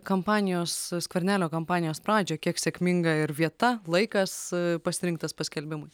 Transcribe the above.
kampanijos skvernelio kampanijos pradžią kiek sėkminga ir vieta laikas pasirinktas paskelbimui